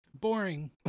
Boring